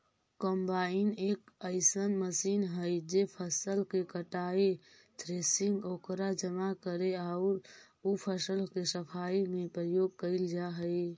combine एक अइसन मशीन हई जे फसल के कटाई, थ्रेसिंग, ओकरा जमा करे औउर उ फसल के सफाई में प्रयोग कईल जा हई